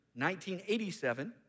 1987